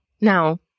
now